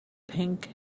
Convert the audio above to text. pink